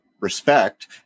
respect